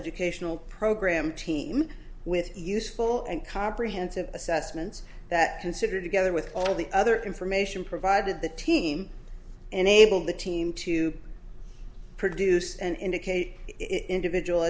educational program team with useful and comprehensive assessments that considered together with all the other information provided the team enabled the team to produce and indicate individual